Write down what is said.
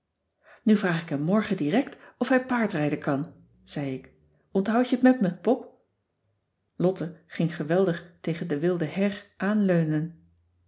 nu vraag ik hem morgen direct of hij paardrijden kan zei ik onthoud je het met me pop lotte ging geweldig tegen de wilde her aanleunen